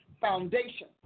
foundation